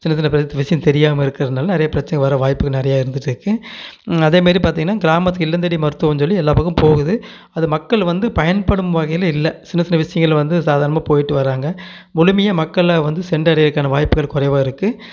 சின்ன சின்ன விஷயம் தெரியாமல் இருக்கறதுனால நெறைய பிரச்சனைகள் வர வாய்ப்பு நிறைய இருந்துட்டுருக்குது அதே மாதிரி பார்த்திங்கன்னா கிராமத்துக்கு இல்லந்தேடி மருத்துவம் சொல்லி எல்லா பக்கமும் போகுது அதை மக்கள் வந்து பயன்படும் வகையில் இல்லை சின்னச் சின்ன விஷயங்கள் வந்து சாதாரணமாக போய்ட்டு வராங்க முழுமையாக மக்களை வந்து சென்றடையறதுக்கான வாய்ப்புகள் குறைவாக இருக்குது